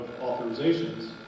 authorizations